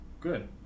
good